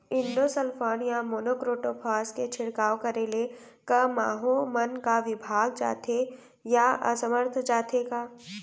Endosulfan या monocrotophos के छिड़काव करे ले क माहो मन का विभाग जाथे या असमर्थ जाथे का?